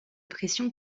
pression